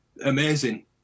Amazing